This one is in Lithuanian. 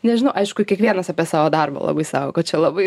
nežinau aišku kiekvienas apie savo darbą labai sako kad čia labai